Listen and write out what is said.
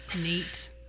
neat